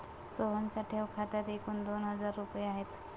सोहनच्या ठेव खात्यात एकूण दोन हजार रुपये आहेत